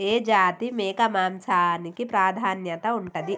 ఏ జాతి మేక మాంసానికి ప్రాధాన్యత ఉంటది?